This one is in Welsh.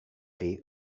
chi